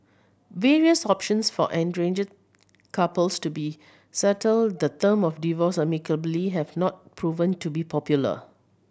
various options for estranged couples to be settle the term of divorce amicably have not proven to be popular